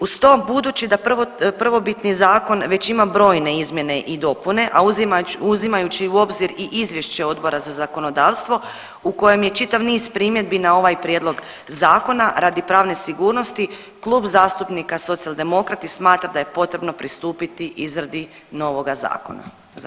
Uz to budući da prvobitni zakon već ima brojne izmjene i dopune, a uzimajući u obzir i izvješće Odbora za zakonodavstvo u kojem je čitav niz primjedbi na ovaj prijedlog zakona, radi pravne sigurnosti Klub zastupnika Socijaldemokrati smatra da je potrebno pristupiti izradi novoga zakona.